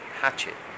hatchet